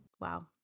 Wow